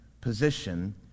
position